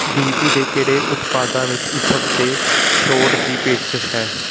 D P ਦੇ ਕਿਹੜੇ ਉਤਪਾਦਾਂ ਵਿੱਚ ਇਸ ਹਫ਼ਤੇ ਛੋਟ ਦੀ ਪੇਸ਼ਕਸ਼ ਹੈ